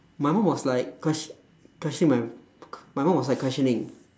my mum was like question questioning my my mum was like questioning